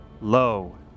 Low